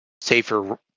safer